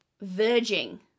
verging